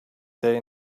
they